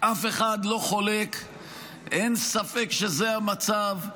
אף אחד לא חולק, אין ספק שזה המצב,